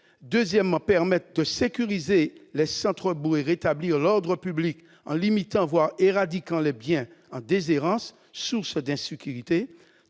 également à permettre de sécuriser les centres-bourgs et de rétablir l'ordre public en limitant, voire en éradiquant, les biens en déshérence, source d'insécurité.